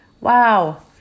Wow